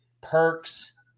Perk's